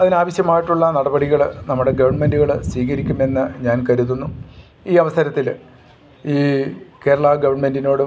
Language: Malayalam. അതിനാവശ്യമായിട്ടുള്ള നടപടികൾ നമ്മുടെ ഗവൺമെൻറ്റുകൾ സ്വീകരിക്കുമെന്ന് ഞാൻ കരുതുന്നു ഈ അവസരത്തിൽ ഈ കേരളാ ഗവൺമെൻറ്റിനോടും